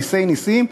נסי נסים,